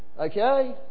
Okay